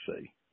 see